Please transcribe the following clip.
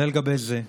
זה לגבי זה.